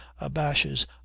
abashes